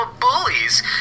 bullies